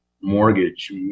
mortgage